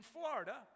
Florida